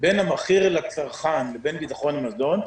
בין המחיר לצרכן לבין ביטחון מזון,